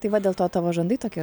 tai va dėl to tavo žandai tokie